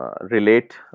relate